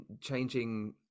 changing